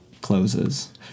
Closes